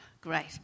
Great